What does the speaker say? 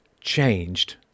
changed